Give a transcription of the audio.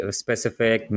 specific